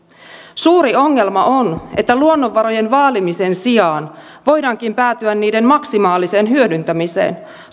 suuri ongelma on että luonnonvarojen vaalimisen sijaan voidaankin päätyä niiden maksimaaliseen hyödyntämiseen